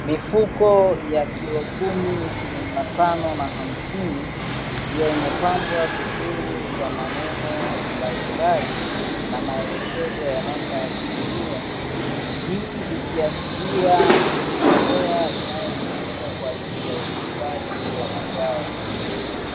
Mifuko ya kilo kumi, ishirini na tano, na hamsini; ikiwa imepambwa vizuri kwa maneno mbalimbali na maelekezo ya namna ya kutumia. Hii ikiashiria ni mbolea inayotumika kwa ajili ya ukuzaji wa mazao.